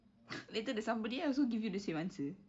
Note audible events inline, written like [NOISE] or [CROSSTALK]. [NOISE] later the somebody else also give you the same answer